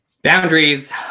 Boundaries